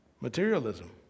materialism